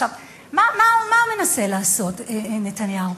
מה הוא מנסה לעשות, נתניהו?